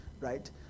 Right